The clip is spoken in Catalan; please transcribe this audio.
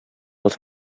els